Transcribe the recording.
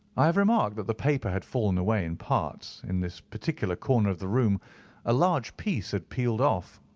i have remarked that but the paper had fallen away in parts. in this particular corner of the room a large piece had peeled off,